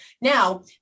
now